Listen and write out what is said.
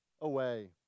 away